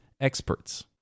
experts